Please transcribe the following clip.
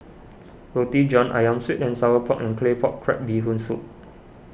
Roti John Ayam Sweet and Sour Pork and Claypot Crab Bee Hoon Soup